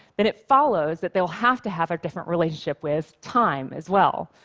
then it follows that they'll have to have a different relationship with time as well,